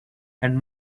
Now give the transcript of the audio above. and